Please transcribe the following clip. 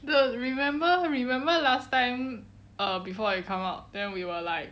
the remember remember last time uh before it come out then we were like